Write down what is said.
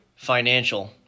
financial